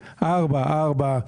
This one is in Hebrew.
אתם רוצים ארבע ארבע,